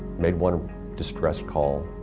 made one distress call,